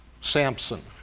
Samson